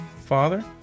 father